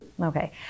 Okay